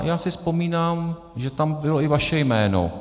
Já si vzpomínám, že tam bylo i vaše jméno.